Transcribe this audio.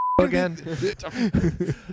again